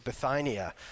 Bithynia